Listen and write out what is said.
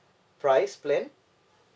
price plan